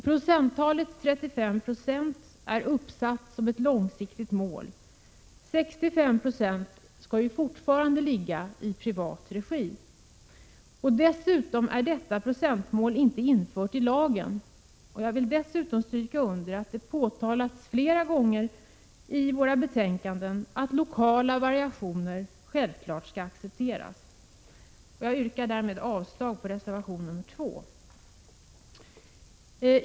Procenttalet 35 26 är uppsatt som ett långsiktigt mål; 65 90 skall ju fortfarande ligga i privat regi. Dessutom är detta procentmål inte infört i lagen. Jag vill dessutom understryka att det flera gånger påpekats i våra betänkanden att lokala variationer självfallet skall accepteras. Jag yrkar därmed avslag på reservation 2.